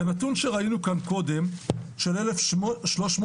כי הנתון שראינו כאן קודם של 1,370